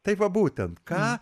tai va būtent ką